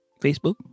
Facebook